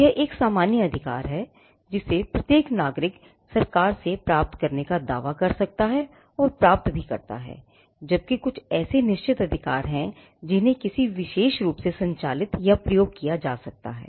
यह एक सामान्य अधिकार है जिसे प्रत्येक नागरिक सरकार से प्राप्त करने का दावा कर सकता है और प्राप्त भी करता है जबकि कुछ ऐसे निश्चित अधिकार हैं जिन्हें किसी विशेष रूप से संचालित या प्रयोग किया जा सकता है